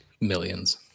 Millions